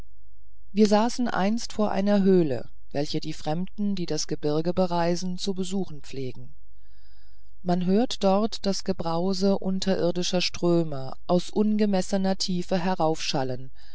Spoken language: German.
wir saßen einst vor einer höhle welche die fremden die das gebirg bereisen zu besuchen pflegen man hört dort das gebrause unterirdischer ströme aus ungemessener tiefe